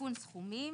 עדכון סכומים.